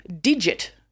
digit